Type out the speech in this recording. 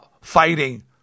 fighting